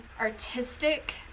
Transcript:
artistic